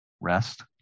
Rest